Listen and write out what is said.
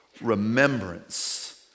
remembrance